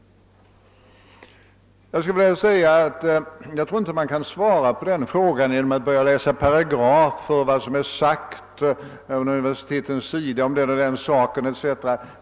Jag tror inte man kan svara på den frågan genom att läsa paragrafer om vad universiteten tidigare har sagt om den och den saken.